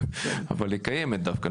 אבל היא קיימת דווקא,